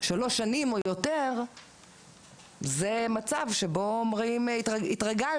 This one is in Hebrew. שלוש שנים או יותר זה מצב שבו אומרים התרגלנו.